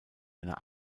einer